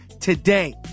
today